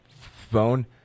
phone